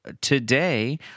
today